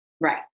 Right